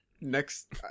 Next